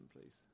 please